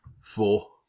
Four